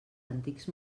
antics